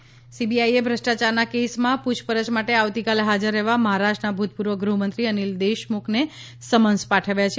CBI Deshmukh સીબીઆઈએ ભ્રષ્ટાચારના કેસમાં પૂછપરછ માટે આવતીકાલે હાજર રહેવા મહારાષ્ટ્રના ભૂતપૂર્વ ગૃહમંત્રી અનિલ દેશમુખને સમન્સ પાઠવ્યા છે